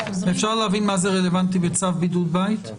ואפשר להבין מה זה רלוונטי בצו בידוד בית?